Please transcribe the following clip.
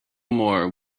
more